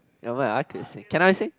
never mind if I could sing can I sing